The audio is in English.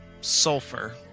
Sulfur